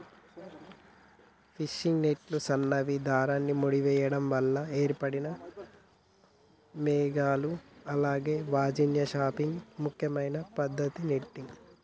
fishing నెట్లు సన్నని దారాన్ని ముడేయడం వల్ల ఏర్పడిన మెష్లు అలాగే వాణిజ్య ఫిషింగ్ ముఖ్యమైన పద్దతి నెట్టింగ్